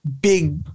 big